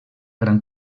gran